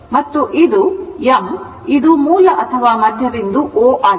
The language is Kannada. ಮತ್ತು ಇದು M ಮತ್ತು ಇದು ಮೂಲ ಅಥವಾ ಮಧ್ಯಬಿಂದು O ಆಗಿದೆ